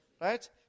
Right